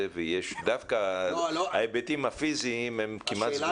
ודווקא ההיבטים הפיסיים הם כמעט ---?